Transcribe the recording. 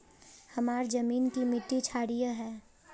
हमार जमीन की मिट्टी क्षारीय है?